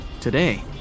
Today